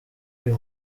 uyu